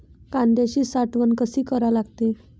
कांद्याची साठवन कसी करा लागते?